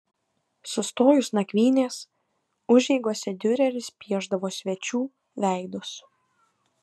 sustojus nakvynės užeigose diureris piešdavo svečių veidus